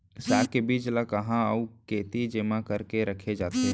साग के बीज ला कहाँ अऊ केती जेमा करके रखे जाथे?